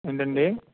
ఏంటండి